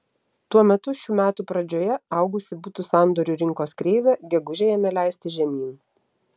tuo metu šių metų pradžioje augusi butų sandorių rinkos kreivė gegužę ėmė leistis žemyn